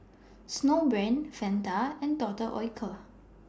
Snowbrand Fanta and Doctor Oetker